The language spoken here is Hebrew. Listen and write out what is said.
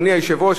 אדוני היושב-ראש,